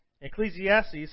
Ecclesiastes